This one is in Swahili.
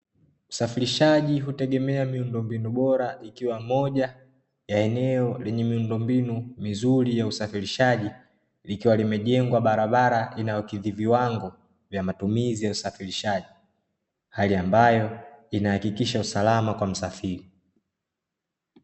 Usafirishaji hutegemea miundombinu bora ikiwa moja ya eneo lenye miundombinu mizuri ya usafirishaji, ikiwa imejengwa barabara inayokidhi viwango vya matumizi ya usafirishaji, hali ambayo ina hakikisha usalama kwa msafiri.